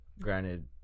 granted